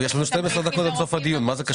כשאומרים לי "המשק והחוסך"